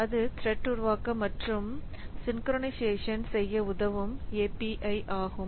அது த்ரெட் உருவாக்க மற்றும் சின்குறைநைசேஷன் உதவும் API ஆகும்